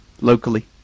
Locally